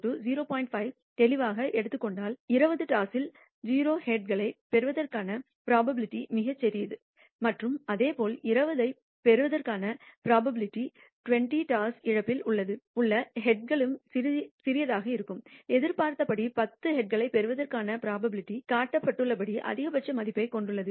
5 ஐ தெளிவாக எடுத்துக் கொண்டால் 20 டாஸில் 0 ஹெட்களைப் பெறுவதற்கான புரோபாபிலிடி மிகச் சிறியது மற்றும் அதேபோல் 20 ஐப் பெறுவதற்கான புரோபாபிலிடி 20 டாஸ் இழப்பில் உள்ள ஹெட்களும் சிறியதாக இருக்கும் எதிர்பார்த்தபடி பத்து ஹெட்களைப் பெறுவதற்கான புரோபாபிலிடி காட்டப்பட்டுள்ளபடி அதிகபட்ச மதிப்பைக் கொண்டுள்ளது